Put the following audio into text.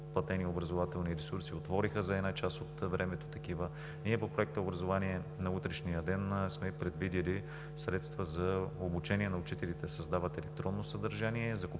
платени образователни ресурси, отвориха за една част от времето такива. По проекта „Образование на утрешния ден“ сме предвидили средства за обучение на учителите – създава се електронно съдържание,